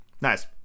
Nice